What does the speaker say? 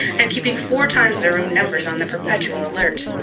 and keeping four times their own numbers on the perpetual alert.